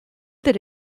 that